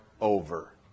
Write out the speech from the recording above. over